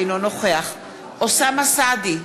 אינו נוכח אוסאמה סעדי,